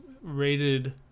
rated